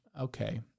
Okay